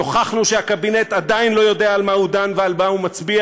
נוכחנו שהקבינט עדיין לא יודע על מה הוא דן ועל מה הוא מצביע,